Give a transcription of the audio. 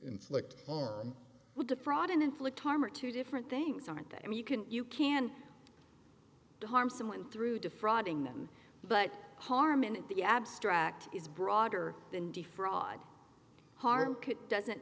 inflict harm to defraud and inflict harm are two different things aren't there and you can you can harm someone through defrauding them but harm in the abstract is broader than defraud harm could doesn't